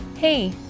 Hey